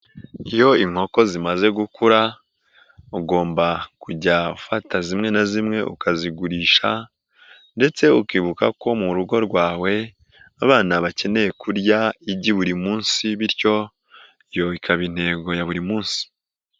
Iyo inkoko zimaze gukura, ugomba kujya ufata zimwe na zimwe ukazigurisha ndetse ukibuka ko mu rugo rwawe abana bakeneye kurya igi buri munsi bityo ibyo bikaba intego ya buri munsi.